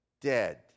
dead